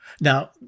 Now